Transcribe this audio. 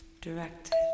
directed